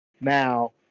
Now